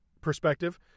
perspective